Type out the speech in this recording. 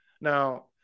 now